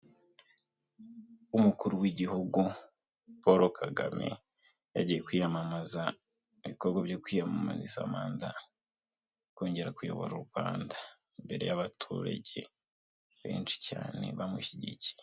Umukuru w'igihugu Paul Kagame yagiye kwiyamamaza mu bikorwa byo kwiyamamariza manda yo kongera kuyobora u Rwanda imbere y'abaturage benshi cyane bamushyigikiye.